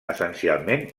essencialment